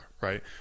right